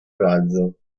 razzo